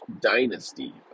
dynasty